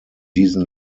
diesen